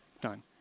done